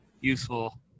useful